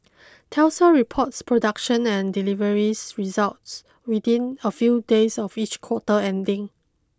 Tesla reports production and deliveries results within a few days of each quarter ending